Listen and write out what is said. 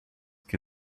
que